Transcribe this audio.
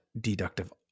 deductive